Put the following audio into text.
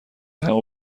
همو